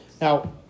Now